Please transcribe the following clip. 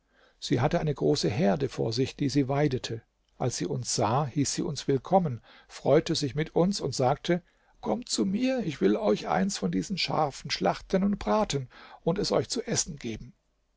sie hatte eine große herde vor sich die sie weidete als sie uns sah hieß sie uns willkommen freute sich mit uns und sagte kommt zu mir ich will euch eins von diesen schafen schlachten und braten und es euch zu essen geben